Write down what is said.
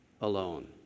alone